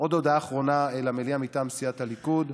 עוד הודעה אחרונה אל המליאה, מטעם סיעת הליכוד.